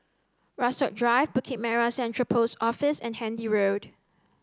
Rasok Drive Bukit Merah Central Post Office and Handy Road